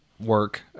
work